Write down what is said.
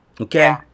Okay